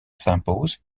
s’impose